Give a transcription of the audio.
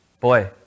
Boy